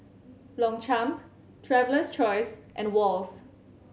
Longchamp Traveler's Choice and Wall's